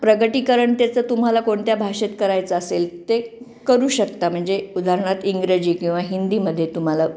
प्रगटीकरण त्याचं तुम्हाला कोणत्या भाषेत करायचं असेल ते करू शकता म्हणजे उदाहरणार्थ इंग्रजी किंवा हिंदीमध्ये तुम्हाला